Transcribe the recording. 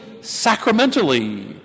sacramentally